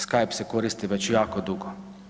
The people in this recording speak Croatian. Skipe se koristi već jako dugo.